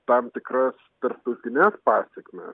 tam tikras tarptautines pasekmes